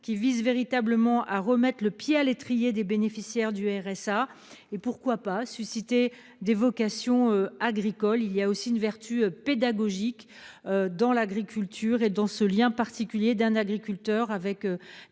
qui visent à remettre le pied à l'étrier des bénéficiaires du RSA et- pourquoi pas ? -à susciter des vocations agricoles. Il y a aussi une vertu pédagogique dans le lien particulier d'un agriculteur avec les